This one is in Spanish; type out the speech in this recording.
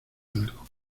algo